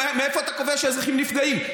מאיפה אתה קובע שאזרחים נפגעים?